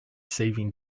saving